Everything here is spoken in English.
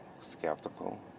skeptical